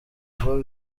ngo